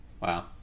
Wow